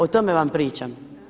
O tome vam pričam.